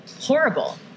horrible